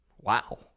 Wow